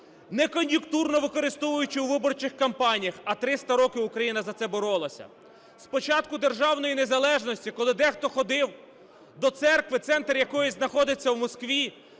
не кон'юнктурно використовуючи у виборчих кампаніях, а 300 років Україна за це боролася. З початку державної незалежності, коли дехто ходив до церкви, центр якої знаходиться у Москві,